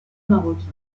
marocain